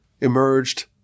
emerged